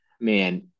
man